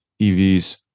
evs